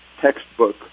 textbook